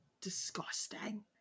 disgusting